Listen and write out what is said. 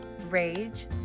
rage